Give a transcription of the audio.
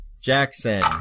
Jackson